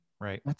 right